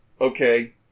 okay